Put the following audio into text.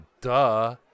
duh